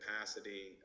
capacity